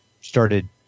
started